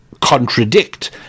contradict